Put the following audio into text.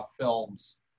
films